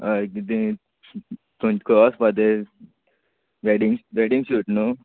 हय एक दे दे खंय खंय वसपा तें वॅडींग वॅडींग शूट न्हय